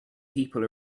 people